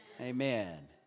Amen